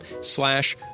slash